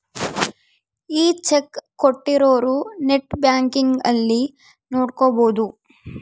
ಈ ಚೆಕ್ ಕೋಟ್ಟಿರೊರು net banking ಅಲ್ಲಿ ನೋಡ್ಕೊಬೊದು